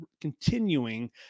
continuing